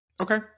okay